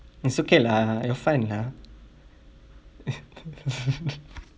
it's okay lah you're fine lah